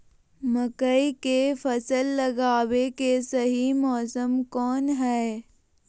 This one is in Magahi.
मकई के फसल लगावे के सही मौसम कौन हाय?